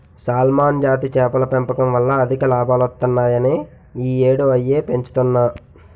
salmon జాతి చేపల పెంపకం వల్ల అధిక లాభాలొత్తాయని ఈ యేడూ అయ్యే పెంచుతన్ను